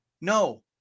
No